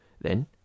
Then